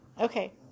Okay